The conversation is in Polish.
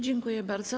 Dziękuję bardzo.